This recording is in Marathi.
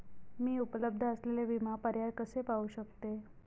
मी उपलब्ध असलेले विमा पर्याय कसे पाहू शकते?